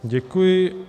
Děkuji.